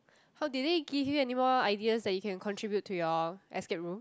how did they give you any more ideas that you can contribute to your escape room